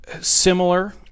similar